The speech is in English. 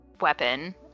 weapon